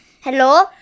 hello